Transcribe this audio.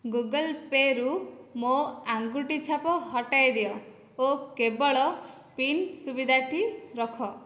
Google ପେ'ରୁ ମୋ ଆଙ୍ଗୁଠି ଛାପ ହଟାଇ ଦିଅ ଓ କେବଳ ପିନ ସୁବିଧାଟି ରଖ